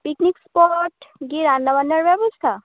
picnic spot গিয়ে রান্নাবান্নার ব্যবস্থা